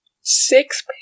six